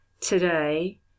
Today